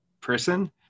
person